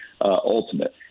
ultimate